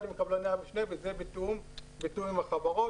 עם קבלני המשנה וזה בתיאום עם החברות.